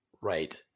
Right